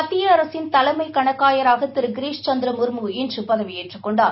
மத்திய அரசின் தலைமை கணக்காயராக திரு கிரிஸ் சந்திர முர்மு இன்று பதவியேற்றுக் கொண்டார்